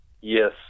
Yes